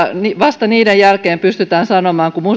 vasta sen jälkeen kun muutokset ovat